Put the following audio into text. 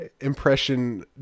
impression